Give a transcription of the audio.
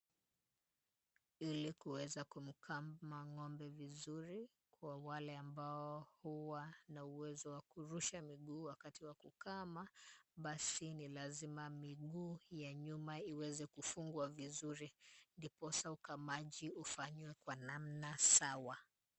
Ili kuweza kumkama ng'ombe vizuri, kwa wale ambao huwa na uwezo wa kurusha miguu wakati wa kukama, basi ni lazima miguu ya nyuma iweze kufungwa vizuri, ndiposa ukamaji ufanywe kwa namna sawa.